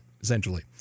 essentially